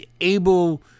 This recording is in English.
able